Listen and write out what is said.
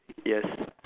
yes